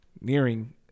nearing